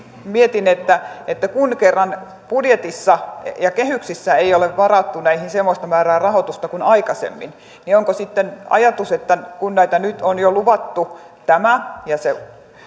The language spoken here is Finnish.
mietin kun kerran budjetissa ja kehyksissä ei ole varattu näihin semmoista määrää rahoitusta kuin aikaisemmin niin onko sitten ajatus kun näitä nyt on jo luvattu tämä ja se